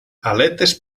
aletes